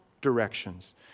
directions